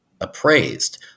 appraised